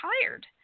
tired